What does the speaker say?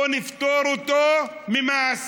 בואו נפטור אותו ממס,